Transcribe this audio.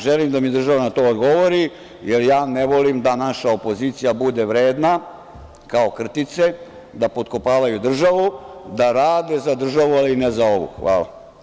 Želim da mi država na to odgovori, jer ja ne volim da naša opozicija bude vredna kao krtice, da potkopavaju državu, da rade za državu, ali ne za ovu.